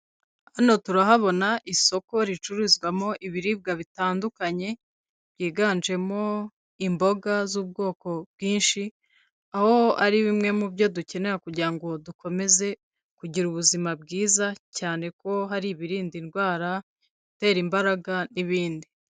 Hano turahabona isoko ricuruzwamo ibiribwa bitandukanye, byiganjemo imboga z'ubwoko bwinshi, aho ari bimwe mu byo dukenera kugira ngo dukomeze kugira ubuzima bwiza, cyane ko hari ibirinda indwara, ibitera imbaraga, n'ibindi.